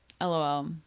lol